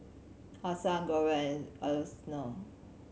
Hassan Glover Alfonso